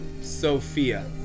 Sophia